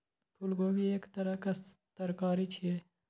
फूलगोभी एक तरहक तरकारी छियै